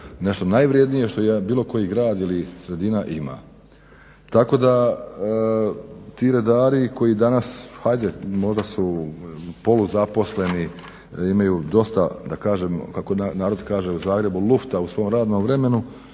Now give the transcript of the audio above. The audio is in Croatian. nešto najvrjednije što jedan bilo koji grad ili sredina ima. Tako da ti redari koji danas hajde možda su poluzaposleni, imaju dosta da kažem kako narod kaže u Zagrebu lufta u svome radnom vremenu